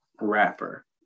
rapper